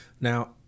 Now